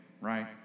Right